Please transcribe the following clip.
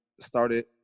started